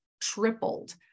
tripled